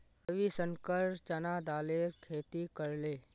रविशंकर चना दालेर खेती करले